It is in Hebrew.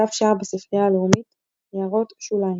דף שער בספרייה הלאומית == הערות שוליים שוליים ==